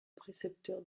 précepteur